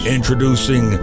Introducing